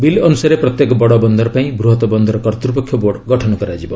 bill ଅନୁସାରେ ପ୍ରତ୍ୟେକ ବଡ଼ ବନ୍ଦର ପାଇଁ ବୃହତ ବନ୍ଦର କର୍ତ୍ତୃପକ୍ଷ ବୋର୍ଡ୍ ଗଠନ କରାଯିବ